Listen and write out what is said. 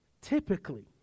typically